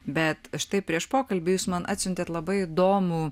bet štai prieš pokalbį jūs man atsiuntėt labai įdomų